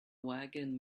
wagon